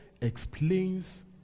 explains